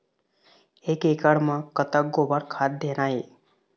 एक एकड़ म कतक गोबर खाद देना ये?